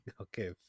Okay